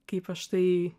kaip aš tai